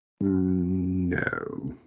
No